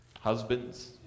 husbands